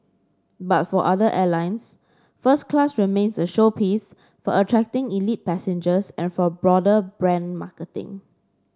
but for other airlines first class remains a showpiece for attracting elite passengers and for broader brand marketing